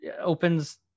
opens